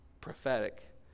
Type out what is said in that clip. prophetic